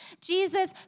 Jesus